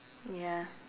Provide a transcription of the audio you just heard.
ya